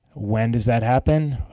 when does that happen?